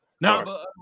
No